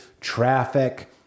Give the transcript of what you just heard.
traffic